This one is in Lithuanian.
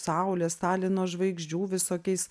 saulės stalino žvaigždžių visokiais